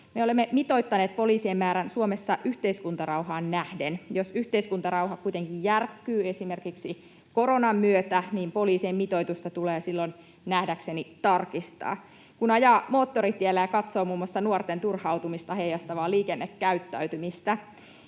olemme mitoittaneet poliisien määrän Suomessa yhteiskuntarauhaan nähden. Jos yhteiskuntarauha kuitenkin järkkyy esimerkiksi koronan myötä, niin poliisien mitoitusta tulee silloin nähdäkseni tarkistaa. Kun ajaa moottoritiellä ja katsoo muun muassa nuorten turhautumista heijastavaa liikennekäyttäytymistä,